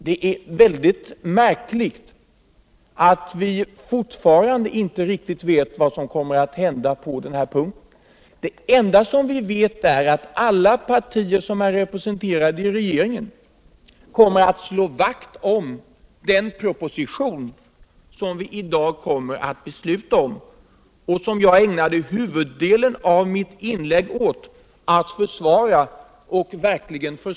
Det är märkligt att vi fortfarande inte riktigt vet vad som kommer att hända på den här punkten. Det enda som vi vet är att alla partier som är representerade i regeringen kommer utt slå vakt om den proposition som vi i dag skall besluta om och som jag ägnade huvuddelen av mitt inlägg åt att försvara.